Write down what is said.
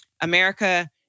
America